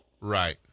Right